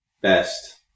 best